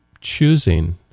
choosing